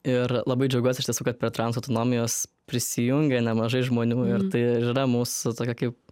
ir labai džiaugiuos iš tiesų kad prie trans autonomijos prisijungė nemažai žmonių ir tai ir yra mūsų tokia kaip